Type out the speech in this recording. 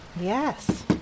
Yes